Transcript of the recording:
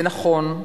זה נכון,